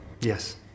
Yes